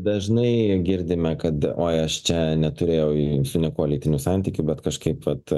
dažnai girdime kad aš čia neturėjau su niekuo lytinių santykių bet kažkaip vat